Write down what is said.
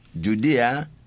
Judea